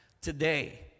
today